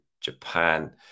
Japan